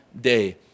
day